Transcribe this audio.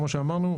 כמו שאמרנו,